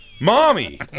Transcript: mommy